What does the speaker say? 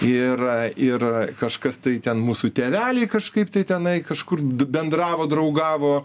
ir ir kažkas tai ten mūsų tėveliai kažkaip tai tenai kažkur bendravo draugavo